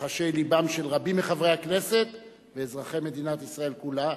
ורחשי לבם של רבים מחברי הכנסת ואזרחי מדינת ישראל כולה,